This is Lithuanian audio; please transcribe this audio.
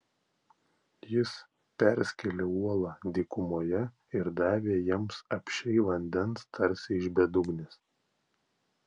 jis perskėlė uolą dykumoje ir davė jiems apsčiai vandens tarsi iš bedugnės